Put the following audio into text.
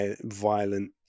violent